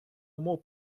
умов